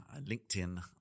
LinkedIn